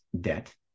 debt